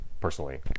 Personally